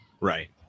right